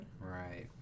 Right